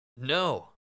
No